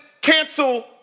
cancel